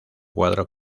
cuadro